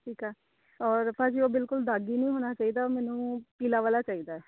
ਠੀਕ ਆ ਔਰ ਭਾਅ ਜੀ ਉਹ ਬਿਲਕੁਲ ਦਾਗੀ ਨਹੀਂ ਹੋਣਾ ਚਾਹੀਦਾ ਮੈਨੂੰ ਪੀਲਾ ਵਾਲਾ ਚਾਹੀਦਾ